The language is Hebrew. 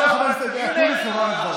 ותאפשר לחבר הכנסת אקוניס לומר את דברו.